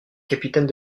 capitaine